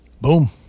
Boom